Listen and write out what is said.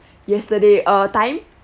yesterday uh time